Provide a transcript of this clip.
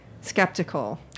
skeptical